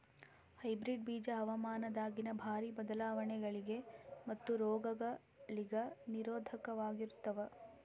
hybrid ಬೀಜ ಹವಾಮಾನದಾಗಿನ ಭಾರಿ ಬದಲಾವಣೆಗಳಿಗ ಮತ್ತು ರೋಗಗಳಿಗ ನಿರೋಧಕವಾಗಿರುತ್ತವ